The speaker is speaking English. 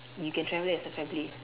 you can travel as a family